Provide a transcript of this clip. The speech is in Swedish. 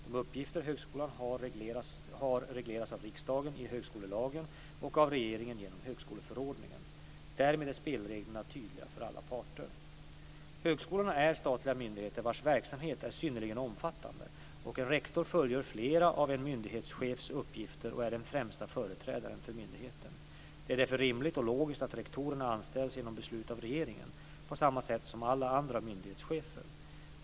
De uppgifter högskolan har regleras av riksdagen i högskolelagen och av regeringen genom högskoleförordningen. Därmed är spelreglerna tydliga för alla parter. Högskolorna är statliga myndigheter vars verksamhet är synnerligen omfattande, och en rektor fullgör flera av en myndighetschefs uppgifter och är den främsta företrädaren för myndigheten. Det är därför rimligt och logiskt att rektorerna anställs genom beslut av regeringen, på samma sätt som alla andra myndighetschefer.